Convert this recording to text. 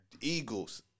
Eagles